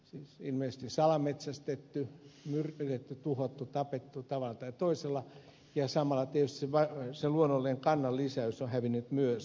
siis sata on hävinnyt ilmeisesti salametsästetty myrkytetty tuhottu tapettu tavalla tai toisella ja samalla tietysti se luonnollinen kannan lisäys on hävinnyt myös